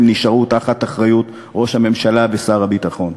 נשארו תחת אחריות ראש הממשלה ושר הביטחון,